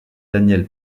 daniel